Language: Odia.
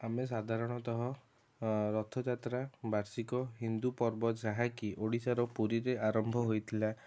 ଆମେ ସାଧାରଣତଃ ରଥଯାତ୍ରା ବାର୍ଷିକ ହିନ୍ଦୁ ପର୍ବ ଯାହାକି ଓଡ଼ିଶାର ପୁରୀରେ ଆରମ୍ଭ ହୋଇଥିଲା